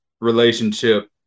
relationship